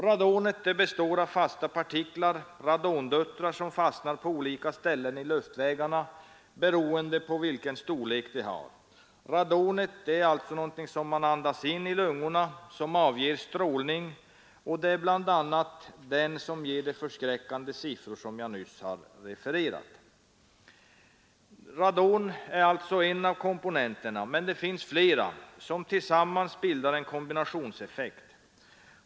Radonet består av fasta partiklar, radondöttrar, som fastnar på olika ställen i luftvägarna beroende på vilken storlek de har. Radon andas alltså in i lungorna där det avger en strålning. Det är bl.a. den som medför de förskräckande siffror som jag nyss har refererat. Radon är alltså en av komponenterna, men det finns flera som tillsammans bildar en kombinationseffekt.